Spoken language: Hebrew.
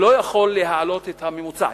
והוא לא יכול להעלות את הממוצע,